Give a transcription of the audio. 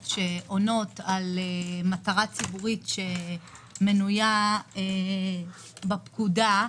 שעונות על מטרה ציבורית שמנויה בפקודה,